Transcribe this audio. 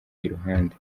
iruhande